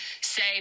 say